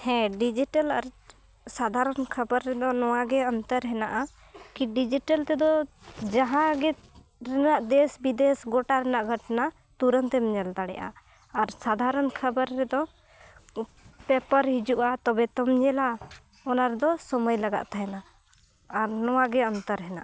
ᱦᱮᱸ ᱰᱤᱡᱤᱴᱮᱞ ᱟᱨ ᱥᱟᱫᱷᱟᱨᱚᱱ ᱠᱷᱟᱵᱟᱨ ᱨᱮᱫᱚ ᱱᱚᱣᱟ ᱜᱮ ᱟᱱᱛᱚᱨ ᱦᱮᱱᱟᱜᱼᱟ ᱠᱤ ᱰᱤᱡᱤᱴᱮᱞ ᱛᱮᱫᱚ ᱡᱟᱦᱟᱸ ᱜᱮ ᱨᱮᱱᱟᱜ ᱫᱮᱥ ᱵᱤᱫᱮᱥ ᱜᱚᱴᱟ ᱨᱮᱱᱟᱜ ᱜᱷᱚᱴᱚᱱᱟ ᱛᱩᱨᱚᱱᱛᱮᱢ ᱧᱮᱞ ᱫᱟᱲᱮᱭᱟᱜᱼᱟ ᱟᱨ ᱥᱟᱫᱷᱟᱨᱚᱱ ᱠᱷᱟᱵᱟᱨ ᱨᱮᱫᱚ ᱯᱮᱯᱟᱨ ᱦᱤᱡᱩᱜᱼᱟ ᱛᱚᱵᱮ ᱛᱚᱢ ᱧᱮᱞᱟ ᱚᱱᱟ ᱨᱮᱫᱚ ᱥᱚᱢᱚᱭ ᱞᱟᱜᱟᱜ ᱛᱟᱦᱮᱱᱟ ᱟᱨ ᱱᱚᱣᱟ ᱜᱮ ᱟᱱᱛᱟᱨ ᱦᱮᱱᱟᱜᱼᱟ